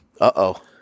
Uh-oh